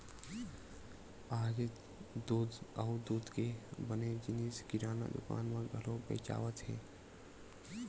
आज दूद अउ दूद के बने जिनिस किराना दुकान म घलो बेचावत हे